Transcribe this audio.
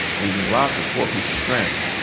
leaving lots of poor people stranded.